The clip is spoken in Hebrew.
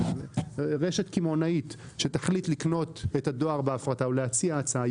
רשת קמעונאית שתחליט לקנות את הדואר בהפרטה או להציע הצעה,